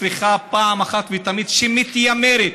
שמתיימרת,